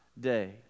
day